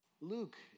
Luke